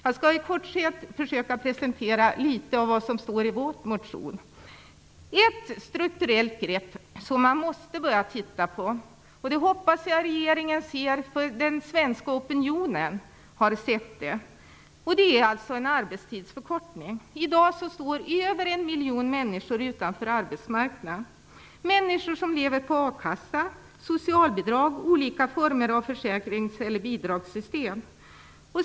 Jag skall i korthet försöka presentera litet av vad som står i vår motion. Ett strukturellt grepp som man måste börja titta närmare på - det hoppas jag att regeringen inser, för den svenska opinionen har gjort det - är en arbetstidsförkortning. I dag står över en miljon människor utanför arbetsmarknaden, människor som lever på a-kassa, socialbidrag, olika former av försäkrings eller bidragssystem.